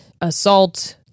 assault